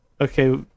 Okay